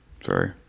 sorry